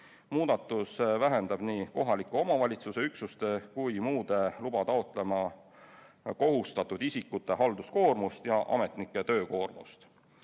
Muudatus vähendab nii kohaliku omavalitsuse üksuste kui ka muude luba taotlema kohustatud isikute halduskoormust ja ametnike töökoormust.